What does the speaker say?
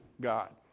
God